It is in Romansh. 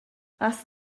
has